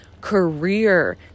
career